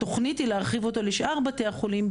התוכנית היא להרחיב את המתווה לשאר בתי החולים,